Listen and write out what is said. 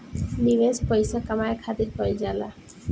निवेश पइसा कमाए खातिर कइल जाला